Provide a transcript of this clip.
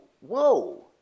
whoa